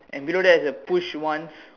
and below there is a push once